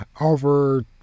over